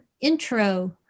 intro